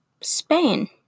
Spain